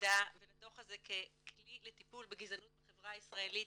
ליחידה ולדו"ח הזה ככלי לטיפול בגזענות בחברה הישראלית,